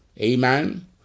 Amen